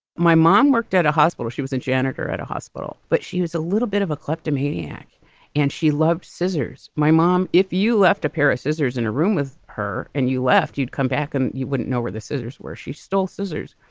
my mom worked at a hospital. she was a janitor at a hospital, but she was a little bit of a kleptomaniac and she loved scissors. my mom, if you left a pair of scissors in a room with her and you left, you'd come back and you wouldn't know where the scissors, where she stole scissors.